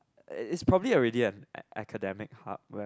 is probably a ready an academic hub when